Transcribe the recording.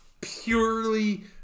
purely